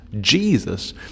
Jesus